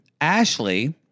Ashley